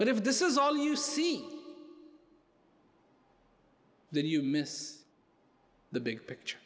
but if this is all you see then you miss the big picture